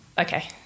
okay